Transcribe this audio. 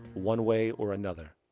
one way or another.